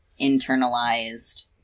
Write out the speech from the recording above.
internalized